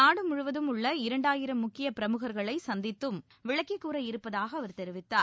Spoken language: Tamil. நாடு முழுவதும் உள்ள இரண்டாயிரம் முக்கிய பிரமுகர்களை சந்தித்தும் விளக்கிக் கூற இருப்பதாக அவர் தெரிவித்தார்